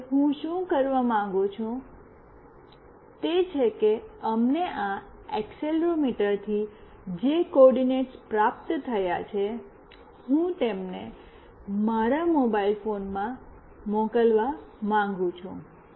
હવે હું શું કરવા માંગુ છું તે છે કે અમને આ એક્સેલરોમીટરથી જે કોઓર્ડિનેટ્સ પ્રાપ્ત થયા છે હું તેમને મારા મોબાઇલ ફોનમાં મોકલવા માંગું છું